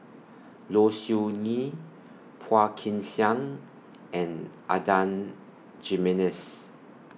Low Siew Nghee Phua Kin Siang and Adan Jimenez